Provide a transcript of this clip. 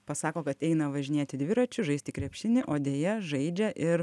pasako kad eina važinėti dviračiu žaisti krepšinį o deja žaidžia ir